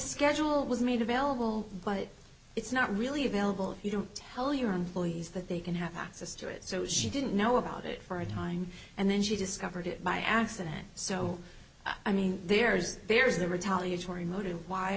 schedule was made available but it's not really available if you don't tell your employer is that they can have access to it so she didn't know about it for a time and then she discovered it by accident so i mean there's there's the retaliatory motive why